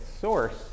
source